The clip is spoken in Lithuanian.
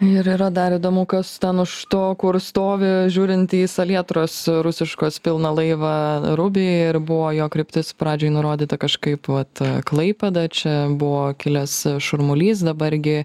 ir yra dar įdomu kas ten už to kur stovi žiūrint į salietros rusiškos pilną laivą rubi ir buvo jo kryptis pradžioj nurodyta kažkaip vat klaipėda čia buvo kilęs šurmulys dabar gi